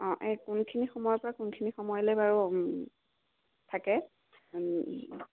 এই কোনখিনি সময়ৰ পৰা কোনখিনি সময়লৈ বাৰু থাকে